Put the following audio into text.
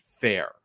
fair